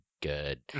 good